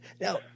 Now